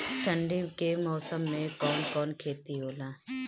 ठंडी के मौसम में कवन कवन खेती होला?